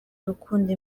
urukundo